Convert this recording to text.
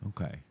Okay